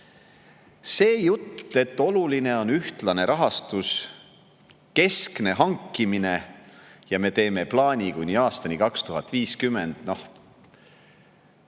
See jutt, et oluline on ühtlane rahastus, keskne hankimine ja me teeme plaani kuni aastani 2050, on